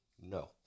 no